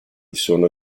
sono